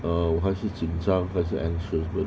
uh 我还是紧张还是 anxious but